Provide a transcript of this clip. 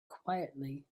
quietly